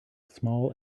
small